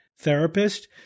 therapist